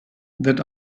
that